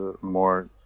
more